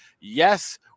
Yes